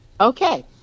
okay